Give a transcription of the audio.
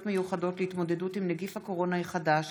מיוחדות להתמודדות עם נגיף הקורונה החדש